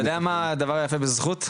אתה יודע מה הדבר היפה בזכות?